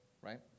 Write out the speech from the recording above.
Right